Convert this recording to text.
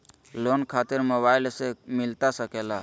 Loan खातिर mobile से मिलता सके?